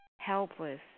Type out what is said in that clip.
helpless